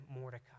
Mordecai